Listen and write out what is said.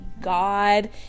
God